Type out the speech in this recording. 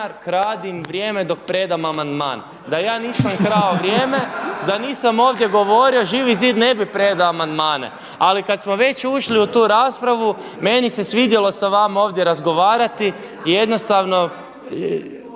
kradi im vrijeme dok predam amandmana, da ja nisam krao vrijeme, da nisam ovdje govorio Živi zida ne bi predao amandmane. Ali kada smo već ušli u tu raspravu meni se svidjelo sa vama ovdje razgovarati i jednostavno,